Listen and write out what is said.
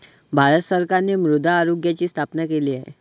भारत सरकारने मृदा आरोग्याची स्थापना केली आहे